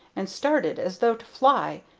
and started as though to fly,